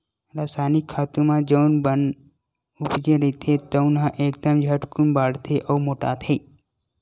रसायनिक खातू म जउन बन उपजे रहिथे तउन ह एकदम झटकून बाड़थे अउ मोटाथे